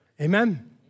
Amen